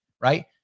Right